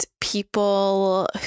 people